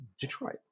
detroit